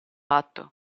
atto